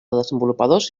desenvolupadors